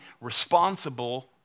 responsible